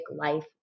life